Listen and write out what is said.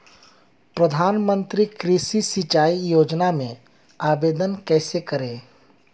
प्रधानमंत्री कृषि सिंचाई योजना में आवेदन कैसे करें?